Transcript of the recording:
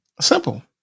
Simple